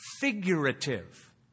figurative